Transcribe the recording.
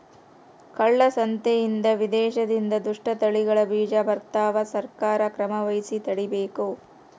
ಕಾಳ ಸಂತೆಯಿಂದ ವಿದೇಶದಿಂದ ದುಷ್ಟ ತಳಿಗಳ ಬೀಜ ಬರ್ತವ ಸರ್ಕಾರ ಕ್ರಮವಹಿಸಿ ತಡೀಬೇಕು